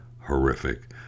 horrific